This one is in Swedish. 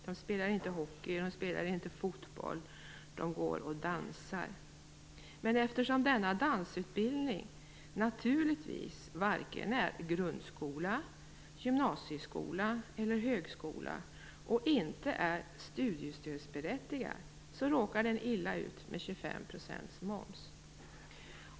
De spelar inte hockey och inte fotboll, utan de går och dansar. Men eftersom denna dansutbildning naturligtvis varken är grundskola, gymnasieskola eller högskola och inte är studiestödsberättigad, så råkar den illa ut med 25 % moms.